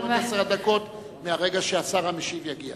את עשר הדקות מרגע שהשר המשיב יגיע.